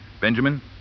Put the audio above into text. Benjamin